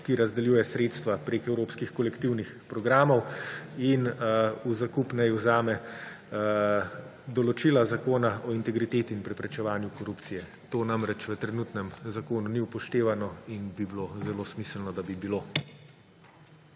ki razdeljuje sredstva prek evropskih kolektivnih programov. V zakup naj vzame določila Zakona o integriteti in preprečevanju korupcije. To namreč v trenutnem zakonu ni upoštevano in bi bilo zelo smiselno, da bi bilo.